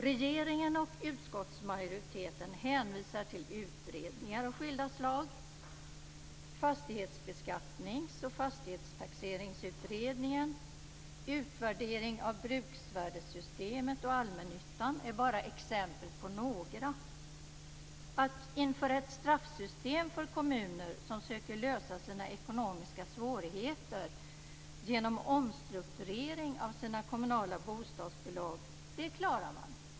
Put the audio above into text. Regeringen och utskottsmajoriteten hänvisar till utredningar av skilda slag, Fastighetsbeskattningsoch fastighetstaxeringsutredningen och utvärdering av bruksvärdessystemet och allmännyttan är några exempel. Att införa ett straffsystem för kommuner som söker lösa sina ekonomiska svårigheter genom omstrukturering av sina kommunala bostadsbolag klarar man av.